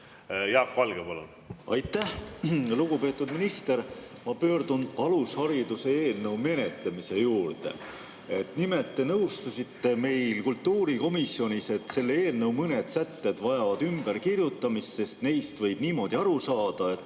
Jaak Valge, palun! Aitäh! Lugupeetud minister! Ma pöördun alushariduse eelnõu menetlemise juurde. Nimelt te nõustusite kultuurikomisjonis, et selle eelnõu mõned sätted vajavad ümberkirjutamist, sest neist võib niimoodi aru saada, et